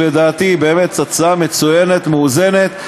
שלדעתי היא באמת הצעה מצוינת ומאוזנת.